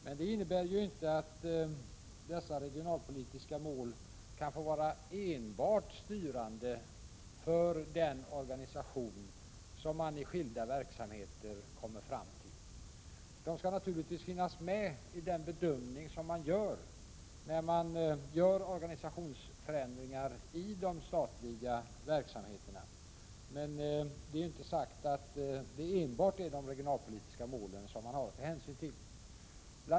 Men det innebär ju inte att enbart dessa regionalpolitiska mål kan få vara styrande för den organisation som man i skilda verksamheter kommer fram till. De skall naturligtvis finnas med i den bedömning som görs, när man företar organisationsförändringar i de statliga verksamheterna, men det är inte sagt att det enbart är de regionalpolitiska målen som man har att ta hänsyn till. Bl.